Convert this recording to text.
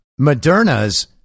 Moderna's